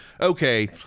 Okay